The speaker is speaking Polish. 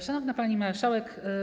Szanowna Pani Marszałek!